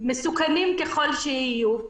מסוכנים ככול שיהיו,